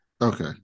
okay